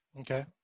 Okay